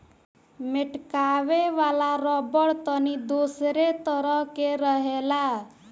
मेटकावे वाला रबड़ तनी दोसरे तरह के रहेला